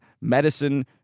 medicine